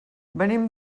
venim